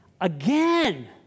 again